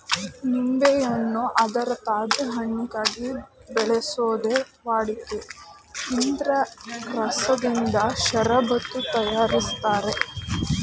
ನಿಂಬೆಯನ್ನು ಅದರ ತಾಜಾ ಹಣ್ಣಿಗಾಗಿ ಬೆಳೆಸೋದೇ ವಾಡಿಕೆ ಇದ್ರ ರಸದಿಂದ ಷರಬತ್ತು ತಯಾರಿಸ್ತಾರೆ